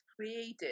created